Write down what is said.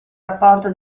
rapporto